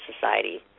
society